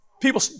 People